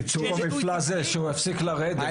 ייצוב המפלס זה שהוא יפסיק לרדת,